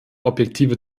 objektive